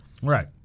Right